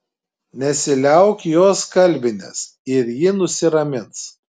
nesiliauk jos kalbinęs ir ji nusiramins